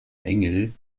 engel